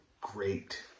great